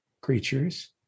creatures